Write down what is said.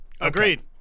Agreed